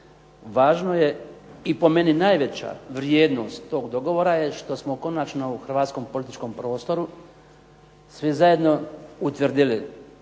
Važno je i po meni najveća vrijednost tog dogovora je što smo konačno u hrvatskom političkom prostoru svi zajedno utvrdili